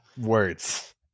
words